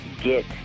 Get